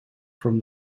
from